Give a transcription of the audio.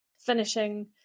finishing